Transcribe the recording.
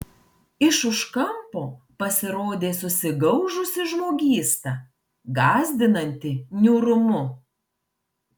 iš už kampo pasirodė susigaužusi žmogysta gąsdinanti niūrumu